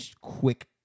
quick